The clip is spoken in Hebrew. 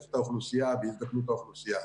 תוספת האוכלוסייה והזדקנות האוכלוסייה.